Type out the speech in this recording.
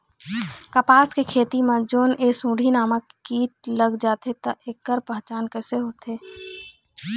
कपास के खेती मा जोन ये सुंडी नामक कीट लग जाथे ता ऐकर पहचान कैसे होथे?